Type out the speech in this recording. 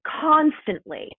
Constantly